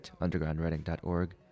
undergroundwriting.org